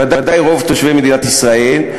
ודאי רוב תושבי מדינת ישראל.